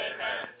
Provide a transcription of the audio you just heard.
Amen